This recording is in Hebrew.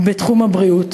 בתחום הבריאות.